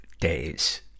days